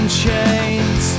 chains